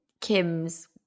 Kim's